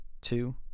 two